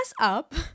up